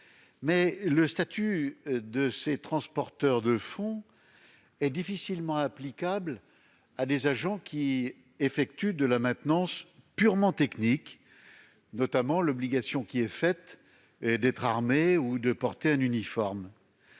le statut des transporteurs de fonds est difficilement applicable à des agents qui effectuent de la maintenance purement technique- je pense notamment à l'obligation d'être armé ou de porter un uniforme.